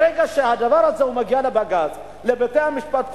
ברגע שהדבר הזה מגיע לבג"ץ ולבתי-המשפט,